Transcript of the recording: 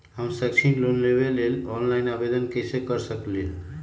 हम शैक्षिक लोन लेबे लेल ऑनलाइन आवेदन कैसे कर सकली ह?